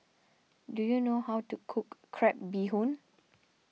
do you know how to cook Crab Bee Hoon